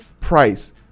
price